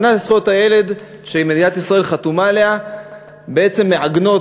האמנה בדבר זכויות הילד שמדינת ישראל חתומה עליה בעצם מעגנת